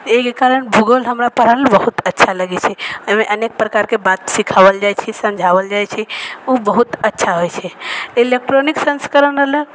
एहिके कारण भूगोल हमरा पढ़ऽमे बहुत अच्छा लगै छै एहिमे अनेक प्रकारके बात सिखावल जाइ छै समझावल जाइ छै ओ बहुत अच्छा होइ छै इलेक्ट्रॉनिक संस्करण रहल